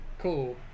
Cool